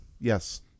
Yes